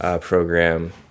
program